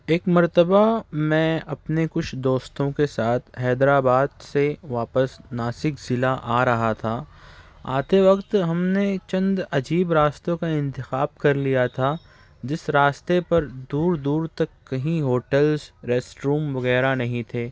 ایک مرتبہ میں اپنے کچھ دوستوں کے ساتھ حیدر آباد سے واپس ناسک ضلع آ رہا تھا آتے وقت ہم نے چند عجیب راستوں کا انتخاب کر لیا تھا جس راستے پر دور دور تک کہیں ہوٹلس ریسٹ روم وغیرہ نہیں تھے